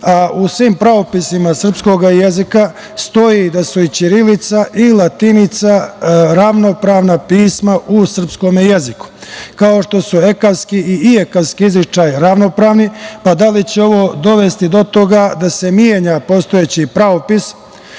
U svim pravopisima srpskog jezika stoji da su i ćirilica i latinica ravnopravna pisma u srpskom jeziku, kao što su ekavski i ijekavski izgovor ravnopravni. Da li će ovo dovesti do toga da se menja postojeći pravopis,